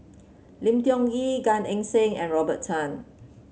Lim Tiong Ghee Gan Eng Seng and Robert Tan